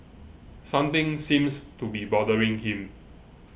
something seems to be bothering him